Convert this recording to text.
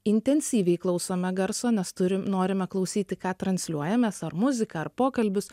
intensyviai klausome garso nes turim norime klausyti ką transliuoja mes ar muziką ar pokalbius